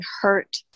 hurt